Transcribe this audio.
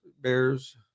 Bears